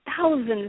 thousands